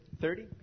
Thirty